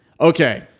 Okay